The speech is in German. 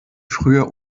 früher